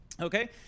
Okay